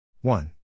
One